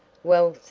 well, sir!